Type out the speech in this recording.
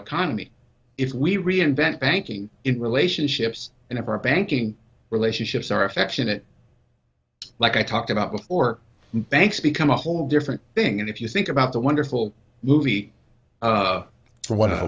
economy if we reinvent banking in relationships and if our banking relationships are affectionate like i talked about before banks become a whole different thing if you think about that wonderful movie